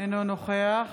אינו נוכח